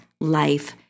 life